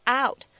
out